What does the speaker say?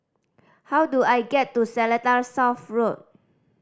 how do I get to Seletar South Road